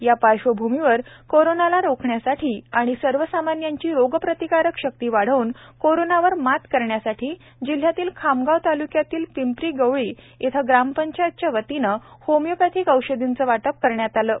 या पार्श्वभूमीवर कोरोनाला रोखण्यासाठी आणि सर्वसामान्यांची रोगप्रतिकारक शक्ति वाढवून कोरोना वर मात करण्यासाठी जिल्हयातील खामगांव तालुक्यातील प्रिंप्रिगवळी येथे ग्रामपंचायतच्या वतीने होमिओपेथीक औषधिचे वाटप करण्यात आले आहे